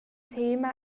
tema